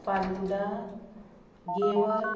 falooda गेवर